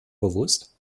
bewusst